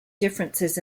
differences